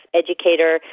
educator